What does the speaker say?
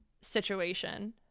situation